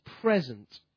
present